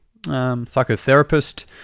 psychotherapist